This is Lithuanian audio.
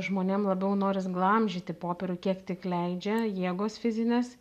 žmonėm labiau noris glamžyti popierių kiek tik leidžia jėgos fizinės